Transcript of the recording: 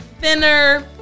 thinner